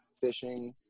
fishing